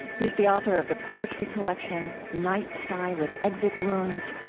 he is the author of the poetry collection night sky with exit wounds,